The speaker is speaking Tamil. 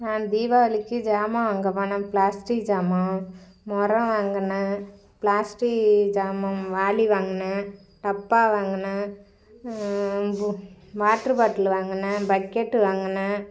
நான் தீபாவளிக்கு சாமான் வாங்க போனேன் பிளாஸ்டிக் சாமான் முறோம் வாங்கினேன் பிளாஸ்டிக் சாமான் வாளி வாங்கினேன் டப்பா வாங்கினேன் வாட்டரு பாட்டில் வாங்கினேன் பக்கெட்டு வாங்கினேன்